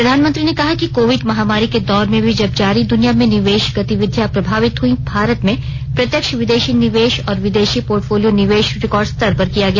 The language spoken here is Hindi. प्रधानमंत्री ने कहा कि कोविड महामारी के दौर में भी जब जारी दुनिया में निवेश गतिविधियां प्रभावित हुई भारत में प्रत्यक्ष विदेशी निवेश और विदेशी पोर्टफोलियों निवेश रिकॉर्ड स्तर पर किया गया